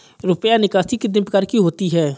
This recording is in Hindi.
रुपया निकासी कितनी प्रकार की होती है?